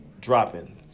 dropping